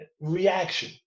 reaction